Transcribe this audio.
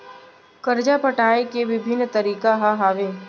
करजा पटाए के विभिन्न तरीका का हवे?